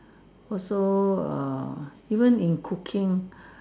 also err even in cooking